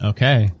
Okay